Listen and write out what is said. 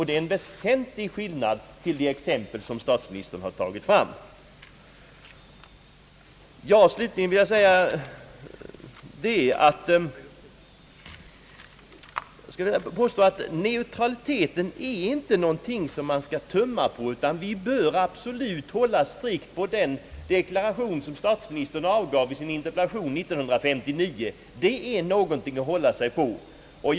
Det är en väsentlig skillnad mot de exempel som statsministern drog fram. Neutraliteten är inte någonting som man skall tumma på, utan vi måste hålla strikt på den deklaration som statsministern avgav i sitt interpellationssvar år 1959. Det är någonting att hålla sig till.